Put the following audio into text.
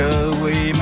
away